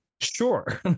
sure